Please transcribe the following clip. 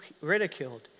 ridiculed